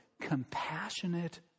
compassionate